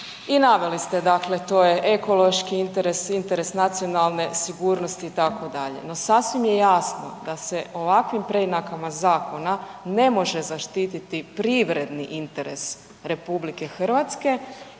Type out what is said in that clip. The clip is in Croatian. i naveli ste to je ekološki interes, interes nacionalne sigurnosti itd. Sasvim je jasno da se ovakvim preinakama zakona ne može zaštiti privredni interes RH, da se